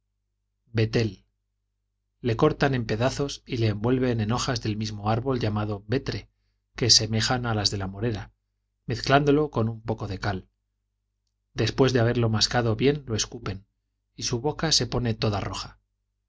betel le cortan en pedazos y le envuelven en hojas del mismo árbol llamado vete que semejan a las de la morera mezclándolo con un poco de cal después de haberlo mascado bien lo escupen y su boca se pone toda roja